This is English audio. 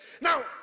Now